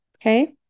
Okay